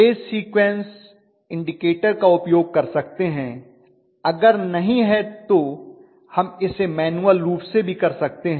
phase sequence indicator का उपयोग कर सकते हैं अगर नहीं है तो हम इसे मैन्युअल रूप से भी कर सकते हैं